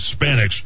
Hispanics